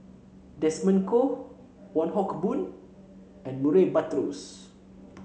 Desmond Kon Wong Hock Boon and Murray Buttrose